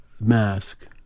Mask